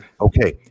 okay